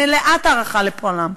מלאה הערכה לפועלם,